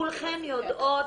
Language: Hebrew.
כולכן יודעות